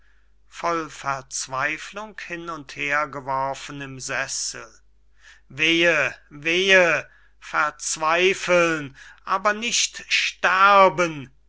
voll verzweiflung hin und her geworfen im sessel wehe wehe verzweifeln aber nicht sterben